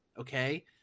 okay